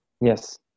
yes